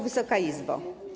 Wysoka Izbo!